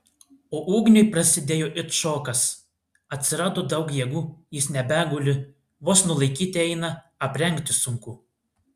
o ugniui prasidėjo it šokas atsirado daug jėgų jis nebeguli vos nulaikyti eina aprengti sunku